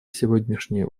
сегодняшние